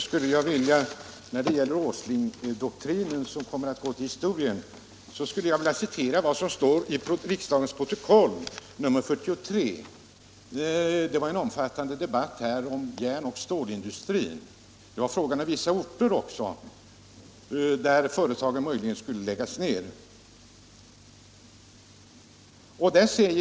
Herr talman! När det gäller Åslingdoktrinen, som kommer att gå till historien, skulle jag vilja hänvisa till vad som står i riksdagens protokoll nr 43. Det var en omfattande interpellationsdebatt om järn-och stålindustrin den 10 december i fjol. Debatten rörde också vissa orter där företagen möjligen skulle läggas ner.